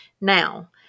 Now